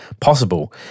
possible